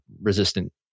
resistant